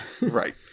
right